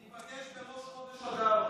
ניפגש בראש חודש אדר.